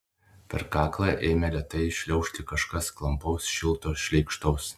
per kaklą ėmė lėtai šliaužti kažkas klampaus šilto šleikštaus